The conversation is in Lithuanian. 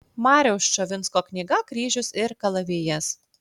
mariaus ščavinsko knyga kryžius ir kalavijas